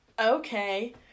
okay